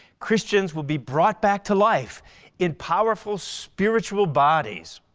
christians will be brought back to life in powerful spiritual bodies.